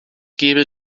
gebe